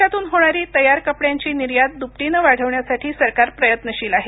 देशातून होणारी तयार कपड्यांची निर्यात दुपटीने वाढवण्यासाठी सरकार प्रयत्नशील आहे